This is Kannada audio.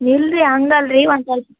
ಇಲ್ಲ ರೀ ಹಂಗಲ್ಲ ರೀ ಒಂದು ಸೋಲ್ಪ